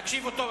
תקשיבו טוב,